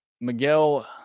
Miguel